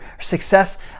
success